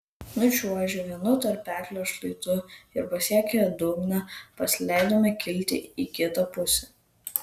nučiuožę vienu tarpeklio šlaitu ir pasiekę dugną pasileidome kilti į kitą pusę